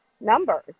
numbers